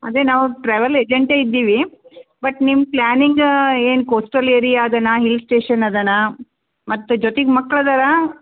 ಅದೇ ನಾವು ಟ್ರಾವೆಲ್ ಎಜೇಂಟೆ ಇದ್ದೀವಿ ಬಟ್ ನಿಮ್ಮ ಪ್ಲಾನಿಂಗ ಏನು ಕೋಸ್ಟಲ್ ಏರಿಯಾ ಅದ ನಾ ಹಿಲ್ಸ್ ಸ್ಟೇಷನ್ ಅದ ನಾ ಮತ್ತು ಜೊತೆಗೆ ಮಕ್ಳು ಅದಾರ